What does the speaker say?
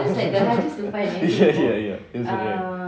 ya ya ya